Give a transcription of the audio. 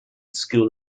school